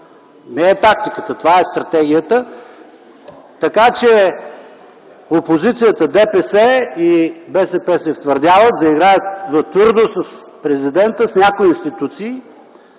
а не тактиката. Това е стратегията! Така че опозицията – ДПС и БСП, се втвърдяват, заиграват твърдо с Президента, с някои институции.